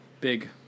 big